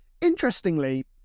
Interestingly